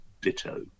ditto